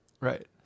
Right